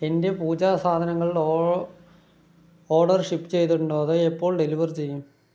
എന്റെ പൂജാ സാധനങ്ങൾ ഓ ഓർഡർ ഷിപ്പ് ചെയ്തിട്ടുണ്ടോ അത് എപ്പോൾ ഡെലിവർ ചെയ്യും